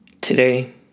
Today